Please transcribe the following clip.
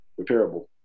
repairable